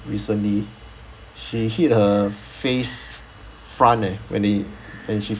recently she hit her face front eh when he when she